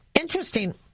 Interesting